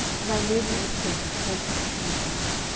and i lived in a state of perfect innocence.